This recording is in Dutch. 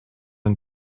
een